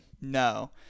No